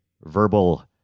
verbal